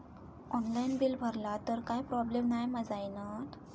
Online bill भरला तर काय प्रोब्लेम नाय मा जाईनत?